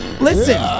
Listen